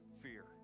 fear